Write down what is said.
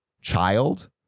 child